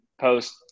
post